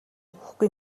өгөхгүй